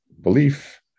belief